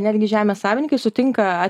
netgi žemės savininkai sutinka